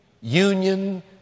union